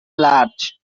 large